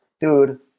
dude